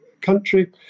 country